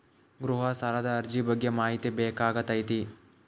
ಗೃಹ ಸಾಲದ ಅರ್ಜಿ ಬಗ್ಗೆ ಮಾಹಿತಿ ಬೇಕಾಗೈತಿ?